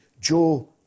Joe